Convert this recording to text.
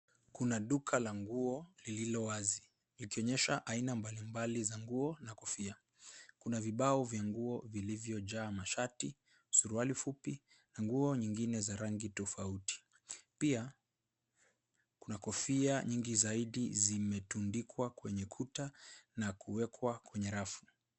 Kuna duka la nguo lililo wazi likionyesha aina mbalimbali za nguo na kofia. Kuna vibao vya nguo vilivyojaa mashati, suruali fupi na nguo nyingine za rangi tofauti. Pia kuna kofia nyingi zaidi zimetundikwa kwenye kuta na kuwekwa kwenye rafu.